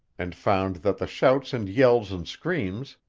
and found that the shouts and yells and screams,